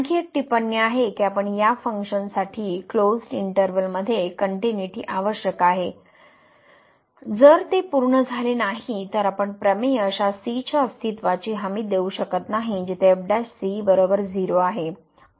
आणखी एक टिप्पणी आहे की आपण या फंक्शनसाठी क्लोज्ड इंटर्वल मध्ये कनट्युनिटी आवश्यक आहे जर ते पूर्ण झाले नाही तर आपण प्रमेय अशा c च्या अस्तित्वाची हमी देऊ शकत नाही जिथे आहे